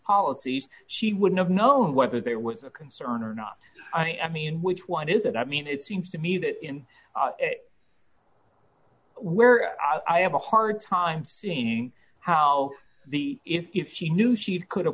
policies she wouldn't know whether there was a concern or not i mean which one is it i mean it seems to me that in where i have a hard time seeing how the if she knew she could